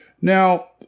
Now